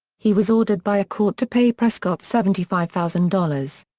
he was ordered by a court to pay prescott seventy five thousand dollars.